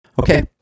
Okay